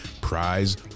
prize